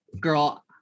girl